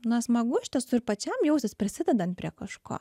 na smagu iš tiesų ir pačiam jaustis prisidedant prie kažko